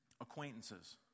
acquaintances